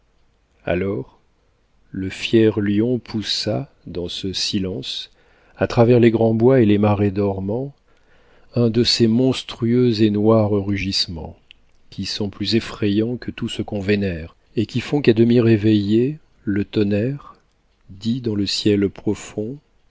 alors le fier lion poussa dans ce silence a travers les grands bois et les marais dormants un de ces monstrueux et noirs rugissements qui sont plus effrayants que tout ce qu'on vénère et qui font qu'à demi réveillé le tonnerre dit dans le ciel profond